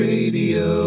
Radio